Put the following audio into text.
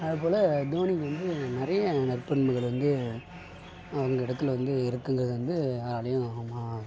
அது போல் தோனிக்கு வந்து நிறைய நற்பண்புகள் வந்து அவங்க இடத்துல வந்து இருக்குங்கிறது வந்து யாராலேயும் மா